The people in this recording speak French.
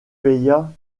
paya